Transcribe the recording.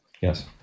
yes